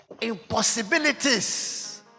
impossibilities